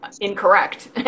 incorrect